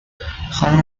خانم